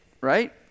right